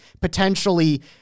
potentially